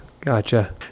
gotcha